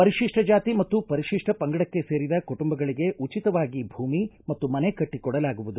ಪರಿತಿಷ್ಟ ಜಾತಿ ಮತ್ತು ಪರಿತಿಷ್ಟ ಪಂಗಡಕ್ಕೆ ಸೇರಿದ ಕುಟುಂಬಗಳಿಗೆ ಉಚಿತವಾಗಿ ಭೂಮಿ ಮತ್ತು ಮನೆ ಕಟ್ಟ ಕೊಡಲಾಗುವುದು